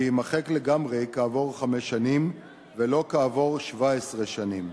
ויימחק לגמרי כעבור חמש שנים ולא כעבור 17 שנים.